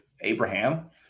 Abraham